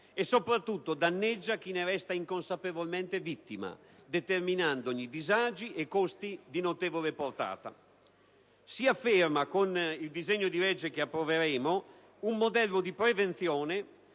e soprattutto danneggia chi ne resta inconsapevolmente vittima determinando disagi e costi di notevole portata. Con il disegno di legge che approveremo si afferma un modello di prevenzione